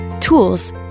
tools